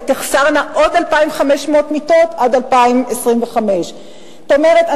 ותחסרנה עוד 2,500 מיטות עד 2025. זאת אומרת,